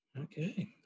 okay